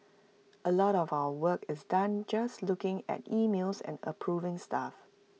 A lot of our work is done just looking at emails and approving stuff